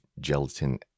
gelatin